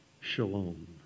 shalom